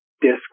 disc